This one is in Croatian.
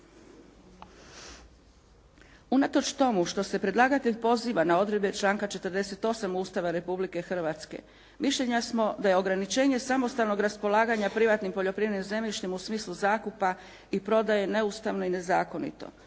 Unatoč tomu što se predlagatelj poziva na odredbe članka 48. Ustava Republike Hrvatske mišljenja smo da je ograničenje samostalnog raspolaganja privatnim poljoprivrednim zemljištem u smislu zakupa i prodaje neustavno i nezakonito.